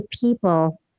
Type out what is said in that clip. people